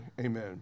amen